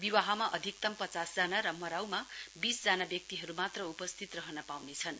विवाहमा अधिकतम् पचास र मरौमा बीस जना व्यक्तिहरू मात्र उपस्थित रहन पाउनेछन्